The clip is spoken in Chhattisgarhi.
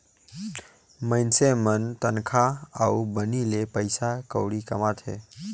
मइनसे मन तनखा अउ बनी ले पइसा कउड़ी कमाथें